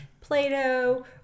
Play-Doh